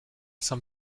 some